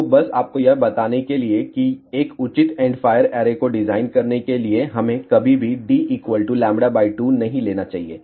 तो बस आपको यह बताने के लिए कि एक उचित एंडफायर ऐरे को डिज़ाइन करने के लिए हमें कभी भी d λ2 नहीं लेना चाहिए